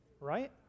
right